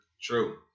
True